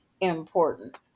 important